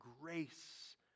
grace